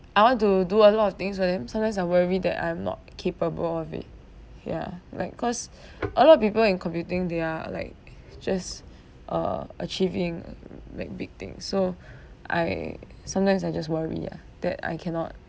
I want to do a lot of things for them sometimes I worry that I'm not capable of it ya like cause a lot of people in computing they are like just uh achieving like big things so I sometimes I just worry ah that I cannot